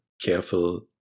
careful